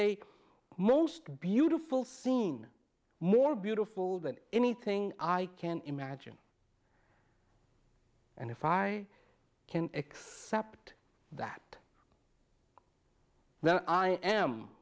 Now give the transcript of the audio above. a most beautiful scene more beautiful than anything i can imagine and if i can make cept that